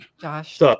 Josh